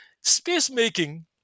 space-making